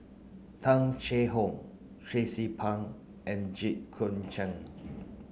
Tung Chye Hong Tracie Pang and Jit Koon Ch'ng